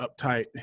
uptight